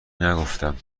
نگفتم